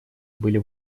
были